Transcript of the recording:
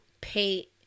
pay